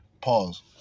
Pause